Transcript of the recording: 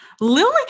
Lily